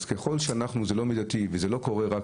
אז ככל שזה לא מידתי וככל שזה לא קורה רק